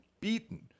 beaten